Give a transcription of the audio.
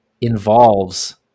involves